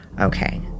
Okay